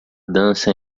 dança